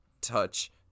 touch